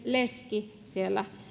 leski siellä